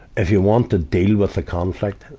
if you want to deal with the conflict,